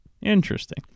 Interesting